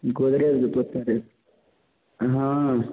गोदरेज देतै ओतेके हँ